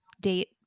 date